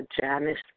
Janice